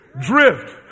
drift